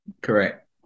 Correct